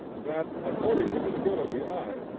that according to the skill of the eye,